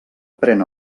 pren